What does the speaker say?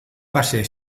pase